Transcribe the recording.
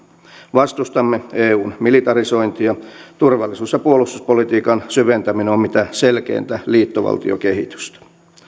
vastustamme eun militarisointia turvallisuus ja puolustuspolitiikan syventäminen on mitä selkeintä liittovaltiokehitystä